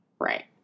Right